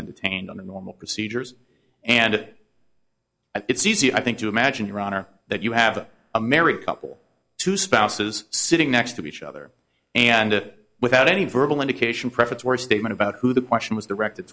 and detained under normal procedures and it it's easy i think to imagine your honor that you have a married couple two spouses sitting next to each other and it without any verbal indication preference or statement about who the question was directed